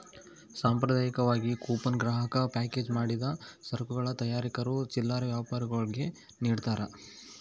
ಸಾಂಪ್ರದಾಯಿಕವಾಗಿ ಕೂಪನ್ ಗ್ರಾಹಕ ಪ್ಯಾಕೇಜ್ ಮಾಡಿದ ಸರಕುಗಳ ತಯಾರಕರು ಚಿಲ್ಲರೆ ವ್ಯಾಪಾರಿಗುಳ್ಗೆ ನಿಡ್ತಾರ